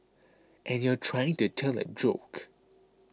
and you're trying to tell a joke